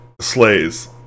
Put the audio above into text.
slays